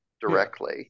directly